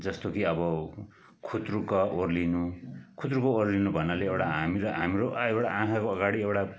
जस्तो कि अब खुत्रुक ओर्लिनु खुत्रुक ओर्लिनु भन्नाले एउटा हामी र हाम्रो एउटा आँखाको अगाडि एउटा